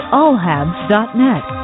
allhabs.net